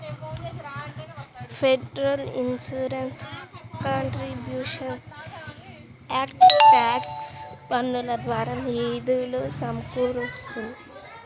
federal insurance contributions act tax పన్నుల ద్వారా నిధులు సమకూరుస్తుంది